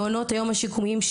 מעונות היום השיקומיים,